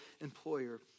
employer